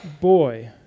boy